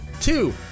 Two